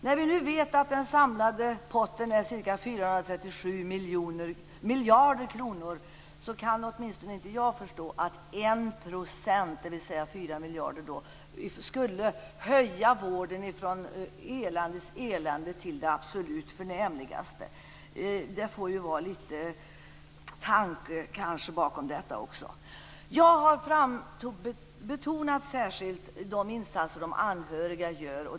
När vi nu vet att den samlade potten är ca 437 miljarder kronor kan åtminstone inte jag förstå att 1 %, dvs. 4 miljarder kronor, skulle höja vårdens kvalitet från eländes elände till det absolut förnämligaste. Det måste finnas litet tanke bakom detta också. Jag har särskilt betonat de insatser som de anhöriga gör.